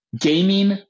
gaming